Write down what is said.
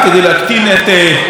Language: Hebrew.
וגם לטובת המדינה,